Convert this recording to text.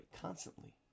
constantly